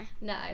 No